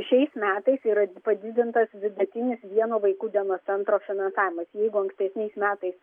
šiais metais yra padidintas vidutinis vieno vaikų dienos centro finansavimas jeigu ankstesniais metais